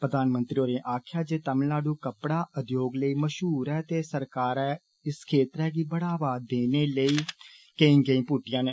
प्रधानमंत्री होरें आक्खेआ जे तमिलनाडु कपड़ा उद्योग लेई मषहूर ऐ ते सरकारै इस खेतर गी बढ़ावा देने लेई गेंई पुट्टिया न